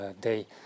day